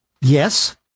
Yes